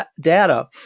data